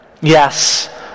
Yes